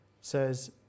says